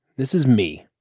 this is me.